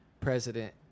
president